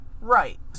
Right